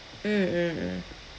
mm mm mm